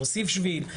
להוסיף שביל,